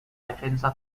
defensa